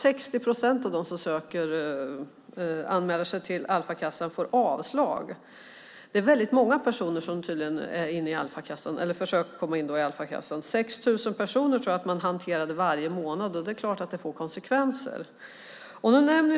60 procent av dem som anmäler sig till Alfakassan får avslag. Det är väldigt många personer som försöker komma in i Alfakassan. 6 000 personer tror jag att man hanterade varje månad. Det är klart att det får konsekvenser. Nu nämner